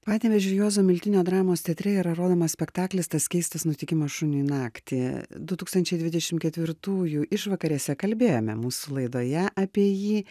panevėžio juozo miltinio dramos teatre yra rodomas spektaklis tas keistas nutikimas šuniui naktį du tūkstančiai dvidešimt ketvirtųjų išvakarėse kalbėjome mūsų laidoje apie jį